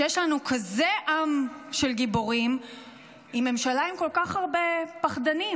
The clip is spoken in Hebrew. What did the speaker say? שיש לנו כזה עם של גיבורים עם ממשלה עם כל כך הרבה פחדנים?